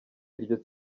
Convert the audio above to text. iryo